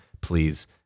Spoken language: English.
please